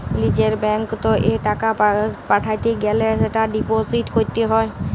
লিজের ব্যাঙ্কত এ টাকা পাঠাতে গ্যালে সেটা ডিপোজিট ক্যরত হ্য়